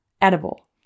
edible